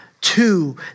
two